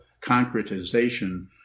concretization